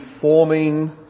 forming